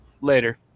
Later